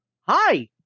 Hi